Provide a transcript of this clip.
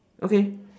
okay